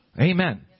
Amen